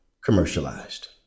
commercialized